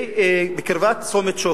בקרבת צומת-שוקת.